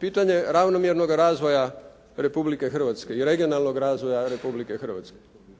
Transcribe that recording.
Pitanje ravnomjernoga razvoja Republike Hrvatske i regionalnog razvoja Republike Hrvatske.